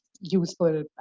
useful